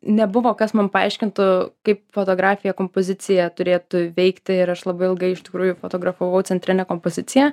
nebuvo kas man paaiškintų kaip fotografija kompozicija turėtų veikti ir aš labai ilgai iš tikrųjų fotografavau centrinę kompoziciją